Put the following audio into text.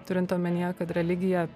turint omenyje kad religija